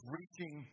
reaching